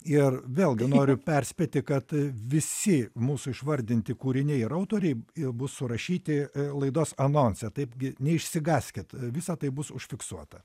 ir vėlgi noriu perspėti kad visi mūsų išvardinti kūriniai ir autoriai bus surašyti laidos anonse taipgi neišsigąskit visa tai bus užfiksuota